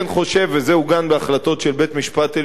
וזה עוגן בהחלטה של בית-המשפט העליון בעבר,